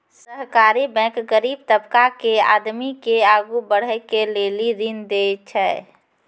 सहकारी बैंक गरीब तबका के आदमी के आगू बढ़ै के लेली ऋण देय छै